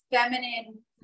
feminine